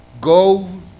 go